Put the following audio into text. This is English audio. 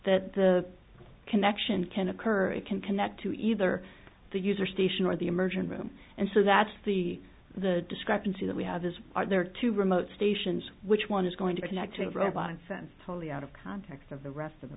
that the connection can occur it can connect to either the user station or the emergency room and so that's the the discrepancy that we have is are there too remote stations which one is going to connect a robot and sense totally out of context of the rest of the